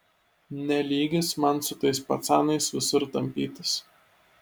ne lygis man su tais pacanais visur tampytis